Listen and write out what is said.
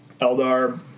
Eldar